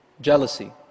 Jealousy